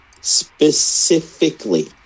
specifically